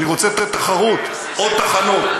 אני רוצה תחרות: עוד תחנות,